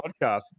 podcast